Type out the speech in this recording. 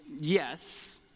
yes